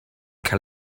cael